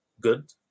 good